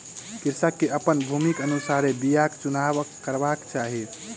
कृषक के अपन भूमिक अनुसारे बीयाक चुनाव करबाक चाही